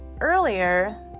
earlier